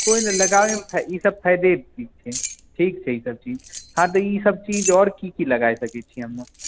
कोइ नहि लगाबैमे ईसभ फायदे चीज छै ठीक छै ईसभ चीज हँ तऽ ईसभ चीज आओर की की लगाए सकैत छियै हमे